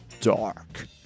dark